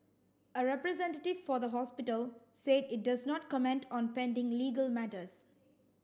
a representative for the hospital said it does not comment on pending legal matters